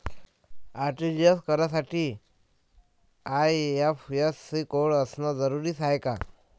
RTGS करासाठी IFSC code असनं जरुरीच हाय का?